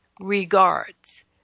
regards